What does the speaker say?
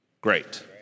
great